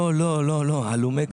לא, הלומי קרב.